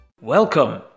Welcome